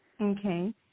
Okay